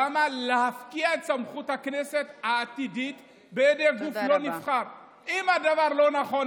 למה להפקיע את סמכות הכנסת העתידית בידי גוף לא נבחר?